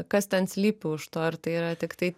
kas ten slypi už to ir tai yra tiktai